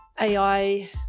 AI